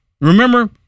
Remember